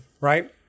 right